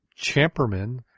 Champerman